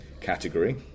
category